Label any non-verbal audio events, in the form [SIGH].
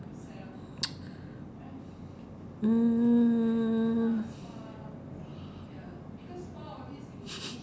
[NOISE] mm